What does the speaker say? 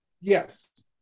Yes